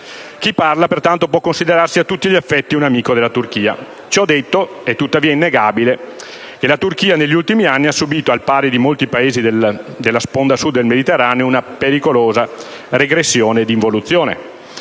Chi parla pertanto può considerarsi a tutti gli effetti un amico della Turchia. Ciò detto, è tuttavia innegabile che la Turchia negli ultimi anni ha subito, al pari di molti Paesi della sponda sud del Mediterraneo, una pericolosa regressione e involuzione.